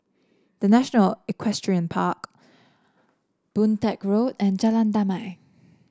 The National Equestrian Park Boon Teck Road and Jalan Damai